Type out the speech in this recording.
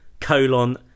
colon